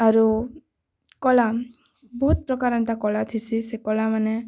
ଆରୁ କଳା ବହୁତ ପ୍ରକାର ଏନ୍ତା କଳା ଥିସି ସେ କଳାମାନେ